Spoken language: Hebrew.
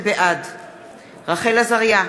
בעד רחל עזריה,